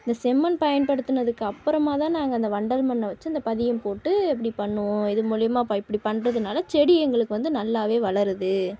இந்த செம்மண் பயன்படுத்துனதுக்கப்புறமா தான் நாங்கள் அந்த வண்டல் மண்ணை வெச்சு அந்த பதியம் போட்டு அப்படி பண்ணுவோம் இது மூலிமா பைப் இப்படி பண்ணுறதுனால செடி எங்களுக்கு வந்து நல்லாவே வளருது